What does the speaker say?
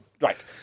Right